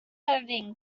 editing